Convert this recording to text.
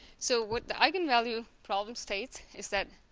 so what the eigenvalue problem state is that